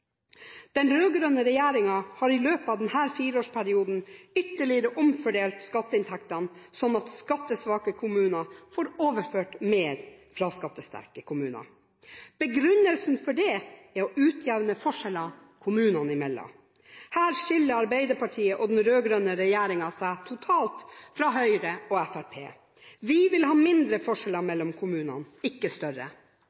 Den rød-grønne regjeringen har i løpet av denne fireårsperioden ytterligere omfordelt skatteinntektene, slik at skattesvake kommuner får overført mer fra skattesterke kommuner. Begrunnelsen for det er å utjevne forskjeller kommunene imellom. Her skiller Arbeiderpartiet og den rød-grønne regjeringen seg totalt fra Høyre og Fremskrittspartiet. Vi vil ha mindre forskjeller